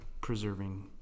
preserving